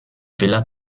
villa